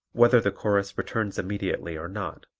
whether the chorus returns immediately or not.